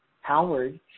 Howard